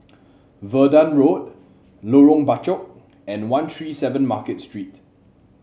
Verdun Road Lorong Bachok and One Three Seven Market Street